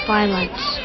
Violence